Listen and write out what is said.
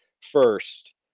first